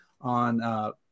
on